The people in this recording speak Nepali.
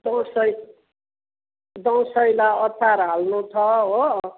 दसैँ दसैँलाई अचार हाल्नु छ हो